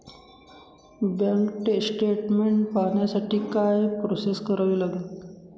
Bank statement पाहण्यासाठी काय process करावी लागेल?